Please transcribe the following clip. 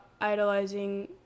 idolizing